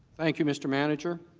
thank you mr. manager